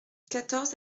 quatorze